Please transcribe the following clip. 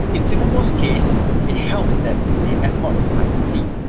in singapore's case it helps that the airport is by the sea.